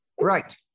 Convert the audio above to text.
Right